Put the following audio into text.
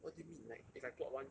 what do you mean like if I plot one